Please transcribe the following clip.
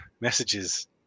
messages